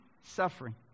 Suffering